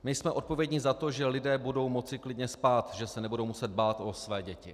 My jsme odpovědní za to, že lidé budou moci klidně spát, že se nebudou muset bát o své děti.